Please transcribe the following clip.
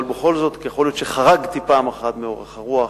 אבל בכל זאת יכול להיות שחרגתי פעם אחת מאורך הרוח,